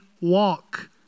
walk